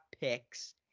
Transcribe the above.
picks